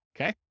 Okay